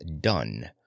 done